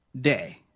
day